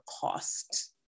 cost